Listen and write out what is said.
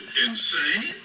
insane